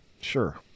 Sure